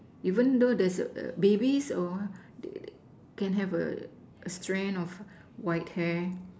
even though these err babies all can have a a strand of white hair